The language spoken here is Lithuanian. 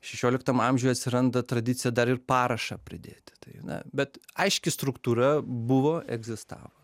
šešioliktam amžiuj atsiranda tradicija dar ir parašą pridėti tai na bet aiški struktūra buvo egzistavo